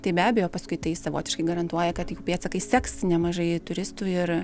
tai be abejo paskui tai savotiškai garantuoja kad jų pėdsakais seks nemažai turistų ir